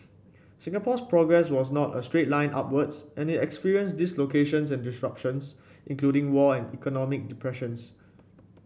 Singapore's progress was not a straight line upwards and it experienced dislocations and disruptions including war and economic depressions